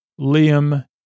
Liam